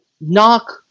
knock